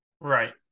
right